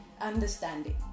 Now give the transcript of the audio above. understanding